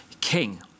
king